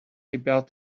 about